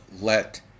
let